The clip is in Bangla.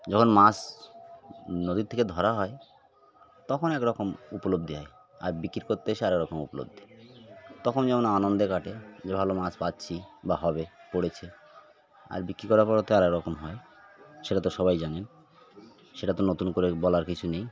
যখন মাছ নদীর থেকে ধরা হয় তখন এক রকম উপলব্ধি হয় আর বিক্রি করতে এসে আর এক রকম উপলব্ধি তখন যেমন আনন্দে কাটে যে ভালো মাছ পাচ্ছি বা হবে পড়েছে আর বিক্রি করার পরে তো আর এক রকম হয় সেটা তো সবাই জানেন সেটা তো নতুন করে বলার কিছু নেই